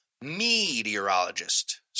meteorologist